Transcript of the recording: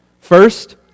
First